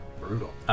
Brutal